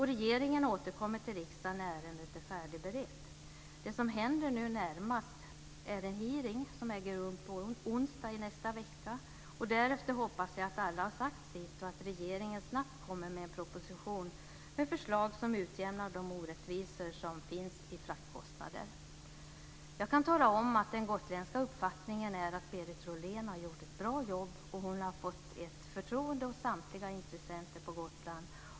Regeringen återkommer till riksdagen när ärendet är färdigberett. Det som händer nu närmast är att det ska hållas en hearing på onsdag i nästa vecka. Därefter hoppas jag att alla har sagt sitt och att regeringen snabbt kommer med en proposition med förslag som utjämnar de orättvisor som finns när det gäller fraktkostnader. Jag kan tala om att den gotländska uppfattningen är att Berit Rohlén har gjort ett bra jobb, och hon har fått förtroende hos samtliga intressenter på Gotland.